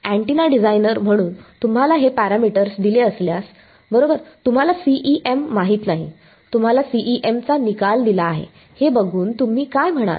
antenna designer म्हणून तुम्हाला हे पॅरामीटर्स दिले असल्यास बरोबर तुम्हाला CEM माहित नाही तुम्हाला CEM चा निकाल दिला आहे हे बघून तुम्ही काय म्हणाल